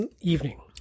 evening